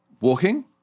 walking